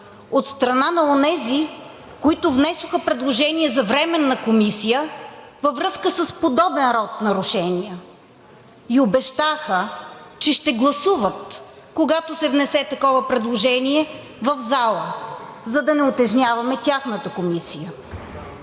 от страна на онези, които внесоха предложение за временна комисия във връзка с подобен род нарушения и обещаха, че ще гласуват, когато се внесе такова предложение в залата, за да не утежняваме тяхната комисия.